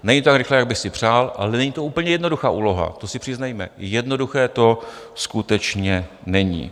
Není to tak rychlé, jak bych si přál, ale není to úplně jednoduchá úloha, to si přiznejme, jednoduché to skutečně není.